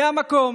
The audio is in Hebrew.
זה המקום